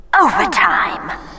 Overtime